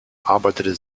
arbeitete